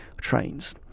trains